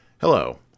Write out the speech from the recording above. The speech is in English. Hello